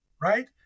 right